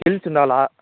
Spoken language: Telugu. స్కిల్స్ ఉండాలి